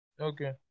Okay